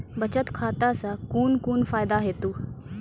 बचत खाता सऽ कून कून फायदा हेतु?